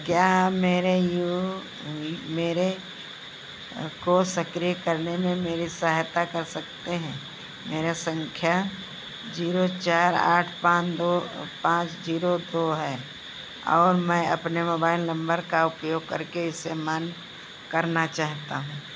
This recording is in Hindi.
क्या आप मेरे मेरे को सक्रिय करने में मेरी सहायता कर सकते हैं मेरा संख्या जीरो चार आठ पाँच दो पाँच जीरो दो है और मैं अपने मोबाइल नंबर का उपयोग करके इसे मान्य करना चाहता हूं